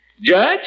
Judge